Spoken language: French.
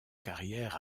carrière